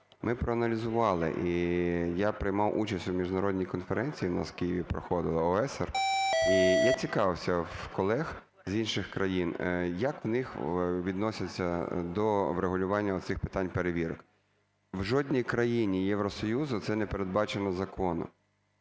Ми проаналізували, і я приймав участь у міжнародній конференції, у нас в Києві проходила, ОЕСР, і я цікавився в колег з інших країн, як у них відносяться до врегулювання цих питань перевірок. В жодній країні Євросоюзу це не передбачено законом,